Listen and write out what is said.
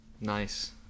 Nice